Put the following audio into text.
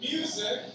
Music